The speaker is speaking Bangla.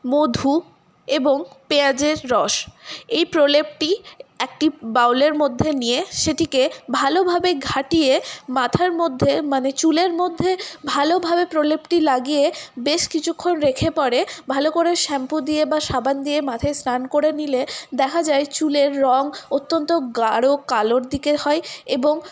মধু এবং পেঁয়াজের রস এই প্রলেপটি একটি বাউলের মধ্যে নিয়ে সেটিকে ভালোভাবে ঘাঁটিয়ে মাথার মধ্যে মানে চুলের মধ্যে ভালোভাবে প্রলেপটি লাগিয়ে বেশ কিছুক্ষণ রেখে পরে ভালো করে শ্যাম্পু দিয়ে বা সাবান দিয়ে মাথায় স্নান করে নিলে দেখা যায় চুলের রঙ অত্যন্ত গাঢ় কালোর দিকে হয় এবং